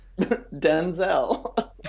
Denzel